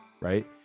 right